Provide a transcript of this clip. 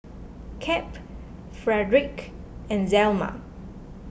Cap Fredric and Zelma